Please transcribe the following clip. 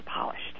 polished